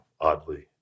oddly